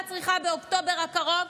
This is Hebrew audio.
צריכה לעמוד על תילה באוקטובר הקרוב,